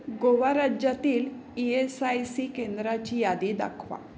गोवा राज्यातील E S I C केंद्राची यादी दाखवा